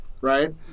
right